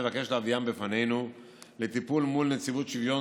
נבקש להביאם בפנינו לטיפול מול נציבות שוויון